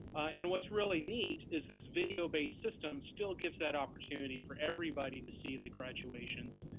and what's really neat is this video based system still gives that opportunity for everybody to see the graduations.